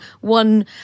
one